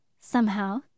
somehow